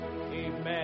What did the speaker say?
amen